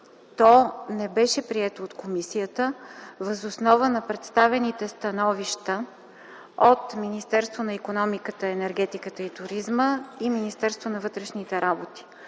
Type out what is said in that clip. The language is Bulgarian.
то не беше прието от комисията въз основа на представените становища от Министерството на икономиката, енергетиката и туризма и Министерството на вътрешните работи,